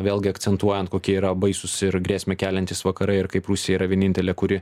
vėlgi akcentuojant kokie yra baisūs ir grėsmę keliantys vakarai ir kaip rusija yra vienintelė kuri